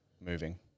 moving